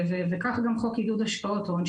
וכך גם חוק עידוד השקעות הון,